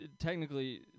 Technically